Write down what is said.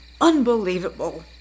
unbelievable